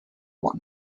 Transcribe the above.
one